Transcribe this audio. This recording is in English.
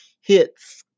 hits